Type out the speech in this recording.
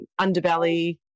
Underbelly